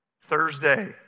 Thursday